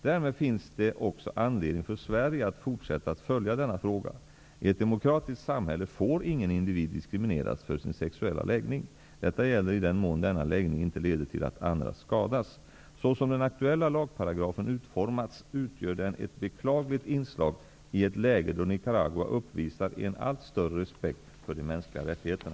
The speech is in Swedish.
Därmed finns det också anledning för Sverige att fortsätta att följa denna fråga. I ett demokratiskt samhälle får ingen individ diskriminineras för sin sexuella läggning. Detta gäller i den mån denna läggning inte leder till att andra skadas. Så som den aktuella lagparagrafen utformats utgör den ett beklagligt inslag i ett läge då Nicaragua uppvisar en allt större respekt för de mänskliga rättigheterna.